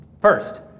First